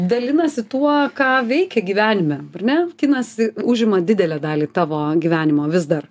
dalinasi tuo ką veikia gyvenime ne kinas užima didelę dalį tavo gyvenimo vis dar